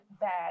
bad